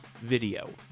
video